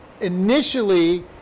initially